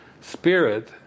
Spirit